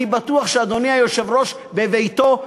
אני בטוח שאדוני היושב-ראש בביתו,